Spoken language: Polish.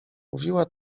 mówiła